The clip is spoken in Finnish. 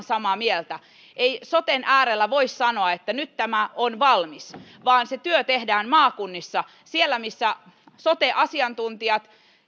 samaa mieltä ei soten äärellä voi sanoa että nyt tämä on valmis vaan se työ tehdään maakunnissa siellä missä sote asiantuntijat